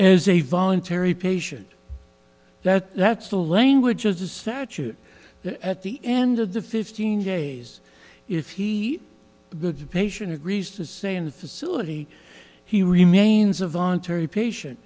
as a voluntary patient that that's the language of the statute at the end of the fifteen days if he the patient agrees to say in the facility he remains a voluntary patient